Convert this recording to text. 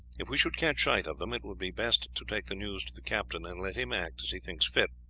if we should catch sight of them, it would be best to take the news to the captain, and let him act as he thinks fit.